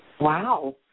Wow